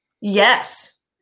Yes